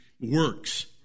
works